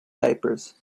diapers